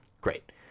great